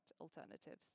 alternatives